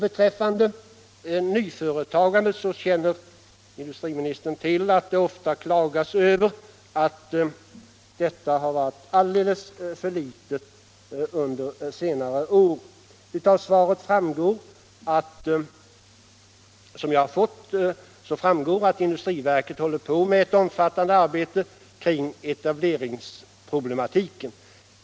Beträffande nyföretagandet så känner industriministern till att det ofta klagas över att detta varit alldeles för litet under senare år. Av svaret som jag fått framgår att industriverket håller på med ett omfattande arbete kring hela etableringsproblematiken.